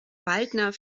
waldner